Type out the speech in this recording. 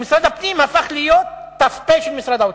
ומשרד הפנים הפך להיות ת"פ של משרד האוצר.